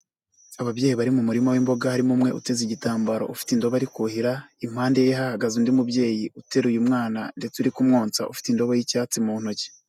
Ababyeyi bari mu murima w'imboga harimo umwe uteze igitambaro ufite indobo ariko kuhira, impande ye hahagaze undi mubyeyi uteruye umwana ndetse uri kumwosa ufite indobo y'icyatsi mu ntoki.